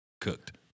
Cooked